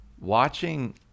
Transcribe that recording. Watching